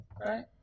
right